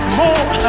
more